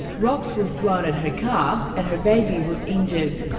rocks were thrown at her car and her baby was injured.